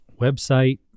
website